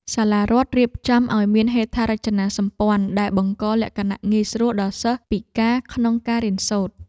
សាលារដ្ឋរៀបចំឱ្យមានហេដ្ឋារចនាសម្ព័ន្ធដែលបង្កលក្ខណៈងាយស្រួលដល់សិស្សពិការក្នុងការរៀនសូត្រ។